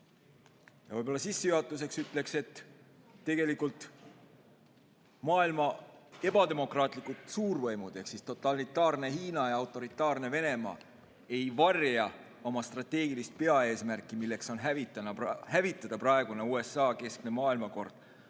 me siis teeme. Sissejuhatuseks ütlen, et maailma ebademokraatlikud suurvõimud ehk totalitaarne Hiina ja autoritaarne Venemaa ei varja oma strateegilist peaeesmärki, milleks on hävitada praegune USA‑keskne maailmakord,